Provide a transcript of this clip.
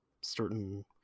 certain